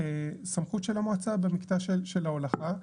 סמכות של המועצה במקטע של ההולכה.